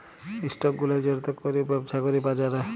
stock গুলা যেটতে ক্যইরে ব্যবছা ক্যরে বাজারে